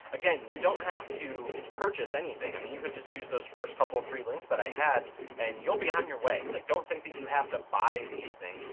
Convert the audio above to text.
again, you don't have to purchase anything, i mean, you could just use those first couple three links that i had and you'll be on your way. like don't think that you have to buy these things.